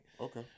Okay